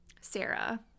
Sarah